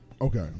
Okay